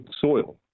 soil